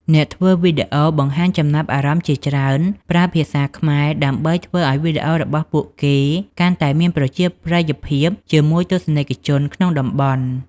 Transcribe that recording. អ្នកធ្វើវីដេអូបង្ហាញចំណាប់អារម្មណ៍ជាច្រើនប្រើភាសាខ្មែរដើម្បីធ្វើឱ្យវីដេអូរបស់ពួកគេកាន់តែមានប្រជាប្រិយភាពជាមួយទស្សនិកជនក្នុងតំបន់។